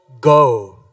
go